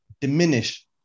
diminish